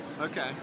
Okay